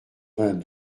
vingt